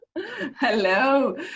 Hello